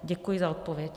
Děkuji za odpověď.